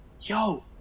Yo